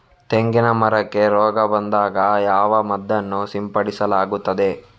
ತೆಂಗಿನ ಮರಕ್ಕೆ ರೋಗ ಬಂದಾಗ ಯಾವ ಮದ್ದನ್ನು ಸಿಂಪಡಿಸಲಾಗುತ್ತದೆ?